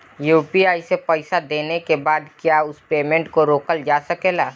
UPI से पईसा देने के बाद क्या उस पेमेंट को रोकल जा सकेला?